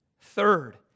Third